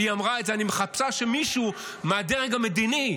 והיא אמרה את זה: אני מחכה שמישהו מהדרג המדיני,